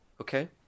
Okay